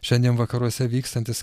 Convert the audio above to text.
šiandien vakaruose vykstantis